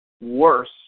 worse